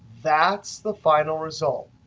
that's the final result.